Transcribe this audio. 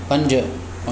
पंज